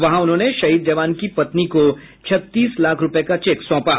वहां उन्होंने शहीद जवान की पत्नी को छत्तीस लाख रूपये का चेक सौंपा